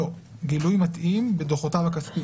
גילוי מתאים בדוחותיו הכספיים.